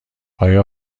آیا